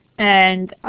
and